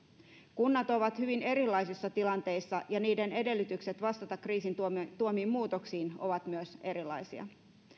kunnat ovat hyvin erilaisissa tilanteissa ja niiden edellytykset vastata kriisin tuomiin tuomiin muutoksiin ovat myös erilaisia